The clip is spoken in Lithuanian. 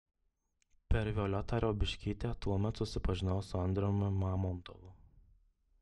per violetą riaubiškytę tuomet susipažinau su andriumi mamontovu